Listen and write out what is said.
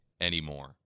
anymore